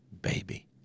baby